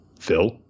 Phil